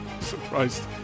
surprised